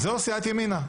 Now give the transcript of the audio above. זו סיעת ימינה.